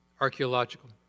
archaeological